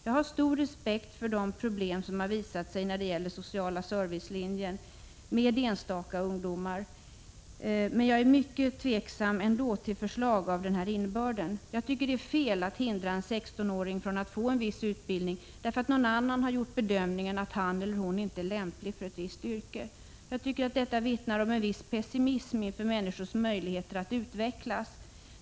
Jag har stor respekt för de problem som har visat sig kunna uppträda med enstaka ungdomar från sociala servicelinjen, men jag är ändå mycket tveksam till förslag av den innebörden. Jag tycker att det är fel att hindra en 16-åring från att få en viss utbildning därför att någon annan har gjort bedömningen att han eller hon inte är lämplig för ett visst yrke. Jag tycker att detta vittnar om en viss pessimism inför människors möjligheter att utvecklas.